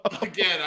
Again